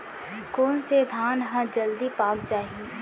कोन से धान ह जलदी पाक जाही?